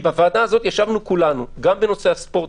בוועדה הזאת דנו כולנו גם בנושא הספורט,